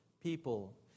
people